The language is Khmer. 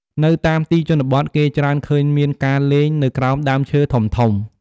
នៅតាមទីជនបទ គេច្រើនឃើញមានការលេងនៅក្រោមដើមឈើធំៗ។